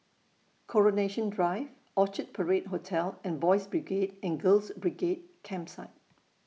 Coronation Drive Orchard Parade Hotel and Boys' Brigade and Girls' Brigade Campsite